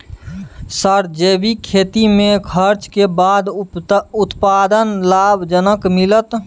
Sir जैविक खेती में खर्च के बाद उत्पादन लाभ जनक मिलत?